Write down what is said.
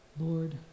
Lord